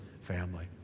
family